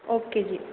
okay ਜੀ